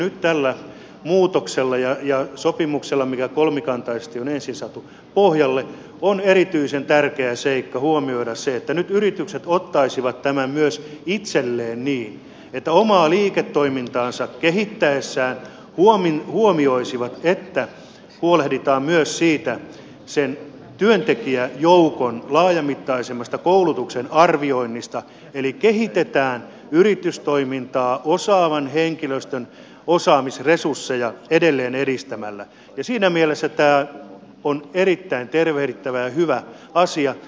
nyt tässä muutoksessa ja sopimuksessa mikä kolmikantaisesti on ensin saatu pohjalle on erityisen tärkeä seikka huomioida se että nyt yritykset ottaisivat tämän myös itselleen niin että ne omaa liiketoimintaansa kehittäessään huomioisivat että huolehditaan myös sen työntekijäjoukon laajamittaisemmasta koulutuksen arvioinnista eli kehitetään yritystoimintaa osaavan henkilöstön osaamisresursseja edelleen edistämällä ja siinä mielessä tämä on erittäin tervehdittävä ja hyvä asia